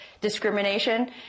discrimination